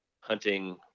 hunting